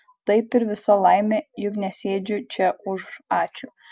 taip ir visa laimė juk nesėdžiu čia už ačiū